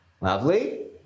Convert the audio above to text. lovely